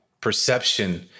perception